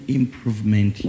improvement